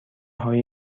هایی